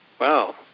Wow